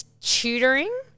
tutoring